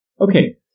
Okay